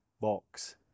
box